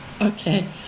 Okay